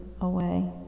away